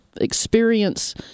experience